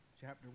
chapter